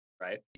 Right